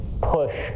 push